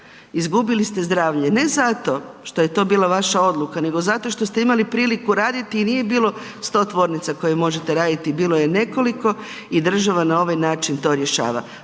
izgubili ste zdravlje ne zato što je to bila vaša odluka nego zato što ste imali priliku raditi i nije bilo 100 tvornica u kojima možete raditi, bilo je nekoliko i država na ovaj način to rješava.